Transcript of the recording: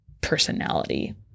personality